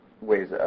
ways